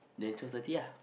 then twelve thirty